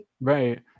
Right